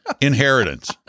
Inheritance